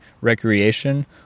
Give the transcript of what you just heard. recreation